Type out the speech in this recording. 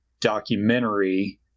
documentary